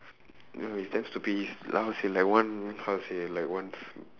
no it's damn stupid his lungs is like one how to say like once